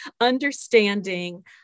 understanding